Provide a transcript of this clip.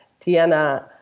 Tiana